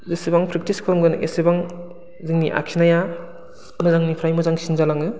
जेसेबां प्रेक्टिस खालामगोन एसेबां जोंनि आखिनाया मोजांनिफ्राय मोजांसिन जालाङो